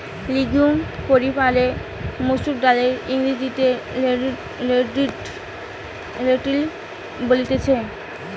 legume পরিবারের মসুর ডালকে ইংরেজিতে লেন্টিল বলতিছে